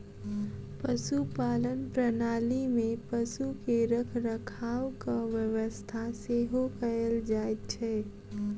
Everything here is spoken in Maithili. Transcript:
पशुपालन प्रणाली मे पशु के रखरखावक व्यवस्था सेहो कयल जाइत छै